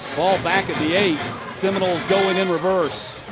ball back at the eight. seminoles going in reverse.